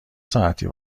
ساعتی